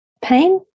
pain